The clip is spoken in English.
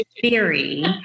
theory